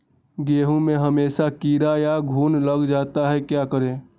गेंहू में हमेसा कीड़ा या घुन लग जाता है क्या करें?